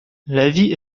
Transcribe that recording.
l’avis